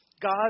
God